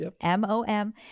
M-O-M